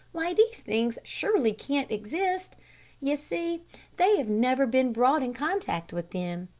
why, these things surely can't exist you see they have never been brought in contact with them.